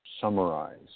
summarize